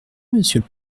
monsieur